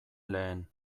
lehen